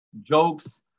Jokes